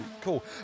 cool